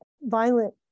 violent